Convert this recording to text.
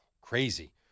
crazy